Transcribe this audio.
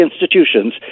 institutions